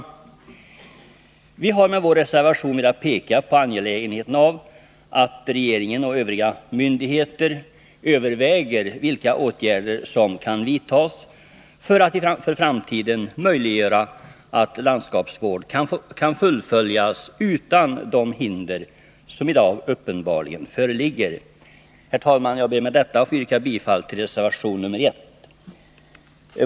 Vi har med vår reservation velat peka på angelägenheten av att regeringen och övriga myndigheter överväger vilka åtgärder som kan vidtas för att för framtiden möjliggöra att landskapsvård kan fullföljas, utan de hinder som i dag uppenbarligen föreligger. Herr talman! Jag ber med detta att få yrka bifall till reservation 1.